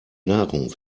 nahrung